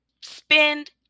spend